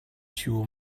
pure